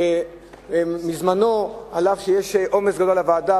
שאף שיש עומס גדול בוועדה,